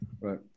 Right